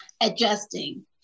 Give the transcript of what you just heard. adjusting